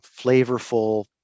flavorful